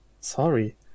Sorry